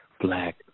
black